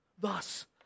Thus